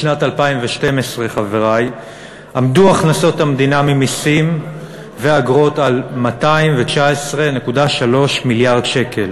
בשנת 2012 עמדו הכנסות המדינה ממסים ואגרות על 219.3 מיליארד שקל,